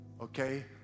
Okay